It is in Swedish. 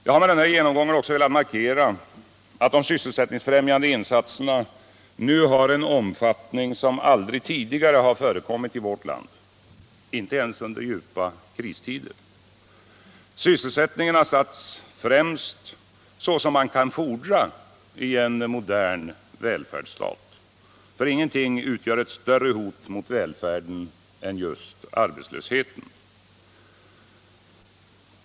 Jag har med denna genomgång också velat markera, att de sysselsättningsfrämjande insatserna nu har en omfattning som aldrig tidigare har förekommit i vårt land — inte ens under djupa kristider. Sysselsättningen har satts främst, såsom man kan fordra i en modern välfärdsstat. För ingenting utgör ett större hot mot välfärden än just arbetslösheten.